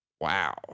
wow